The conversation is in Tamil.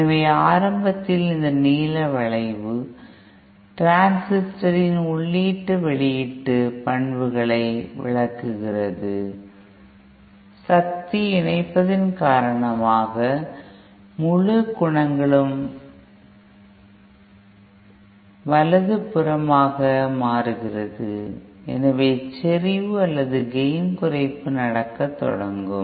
எனவே ஆரம்பத்தில் இந்த நீல வளைவு டிரான்சிஸ்டர்களின் உள்ளீட்டு வெளியீட்டு பண்புகளை விளக்குகிறது சக்தியை இணைப்பதின் காரணமாக முழு குணங்களும் வலதுபுறமாக மாறுகிறது எனவே செறிவு அல்லது கேய்ன் குறைப்பு நடக்கத் தொடங்கும்